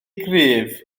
gryf